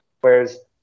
Whereas